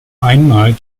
einmal